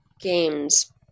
games